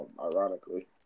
ironically